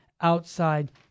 outside